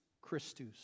Christus